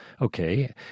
Okay